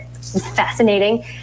fascinating